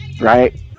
Right